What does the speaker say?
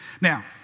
Now